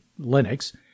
Linux